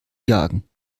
jagen